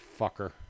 fucker